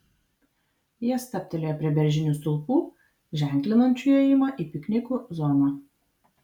jie stabtelėjo prie beržinių stulpų ženklinančių įėjimą į piknikų zoną